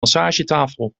massagetafel